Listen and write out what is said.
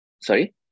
Sorry